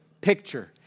picture